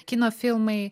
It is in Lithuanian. kino filmai